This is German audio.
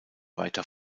weiter